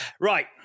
Right